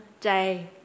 day